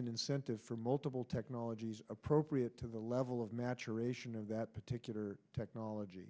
an incentive for multiple technologies appropriate to the level of maturation of that particular technology